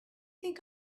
think